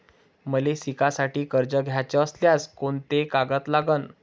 मले शिकासाठी कर्ज घ्याचं असल्यास कोंते कागद लागन?